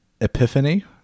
Epiphany